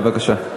בבקשה.